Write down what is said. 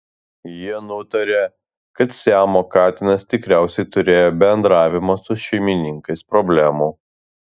jie nutarė kad siamo katinas tikriausiai turėjo bendravimo su šeimininkais problemų